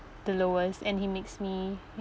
the lowest and he makes me